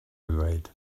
ddweud